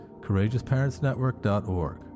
CourageousParentsNetwork.org